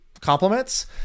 compliments